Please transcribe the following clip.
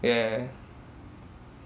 yeah